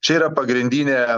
čia yra pagrindinė